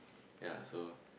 yea so